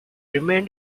remained